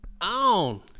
on